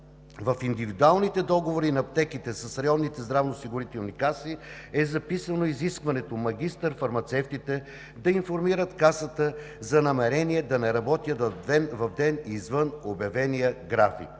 В индивидуалните договори на аптеките с районните здравноосигурителни каси е записано изискването магистър фармацевтите да информират Касата за намерение да не работят в ден, извън обявения график.